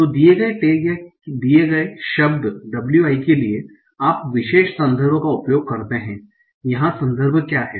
तो दिए गए टैग या दिए गए शब्द wi के लिए आप विशेष संदर्भ का उपयोग करते हैं यहां संदर्भ क्या है